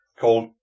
called